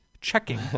checking